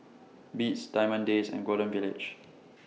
Beats Diamond Days and Golden Village